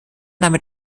damit